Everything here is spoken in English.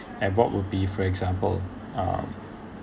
and what would be for example um